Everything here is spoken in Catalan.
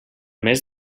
més